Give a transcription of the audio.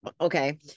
Okay